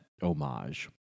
homage